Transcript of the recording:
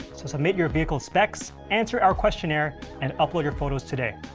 so submit your vehicle specs, answer our questionnaire and upload your photos today.